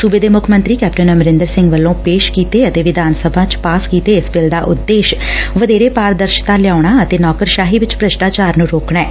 ਸੂਬੇ ਦੇ ਸੁੱਖ ਮੰਤਰੀ ਕੈਪਟਨ ਅਮਰਿੰਦਰ ਸਿੰਘ ਵੱਲੋਂ ਪੇਸ਼ ਕੀਤੇ ਅਤੇ ਵਿਧਾਨ ਸਭਾ ਚ ਪਾਸ ਕੀਤੇ ਇਸ ਬਿੱਲ ਦਾ ਉਦੇਸ਼ ਵਧੇਰੇ ਪਾਰਦਰਸ਼ਤਾ ਲਿਆਉਣਾ ਅਤੇ ਨੌਕਰਸ਼ਾਹ ਵਿਚ ਭ੍ਰਿਸ਼ਟਾਚਾਰ ਨੰ ਰੋਕਣਾ ਐ